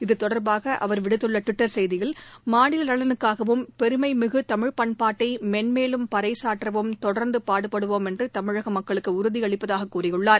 இது தொடர்பாக அவர் விடுத்துள்ள ட்விட்டர் செய்தியில் மாநில நலனுக்காகவும் பெருமை மிகு தமிழ்பண்பாட்டை மென்மேலும் பறைசாற்றவும் தொடர்ந்து பாடுபடுவோம் என்று தமிழக மக்களுக்கு உறுதியளிப்பதாக கூறியுள்ளார்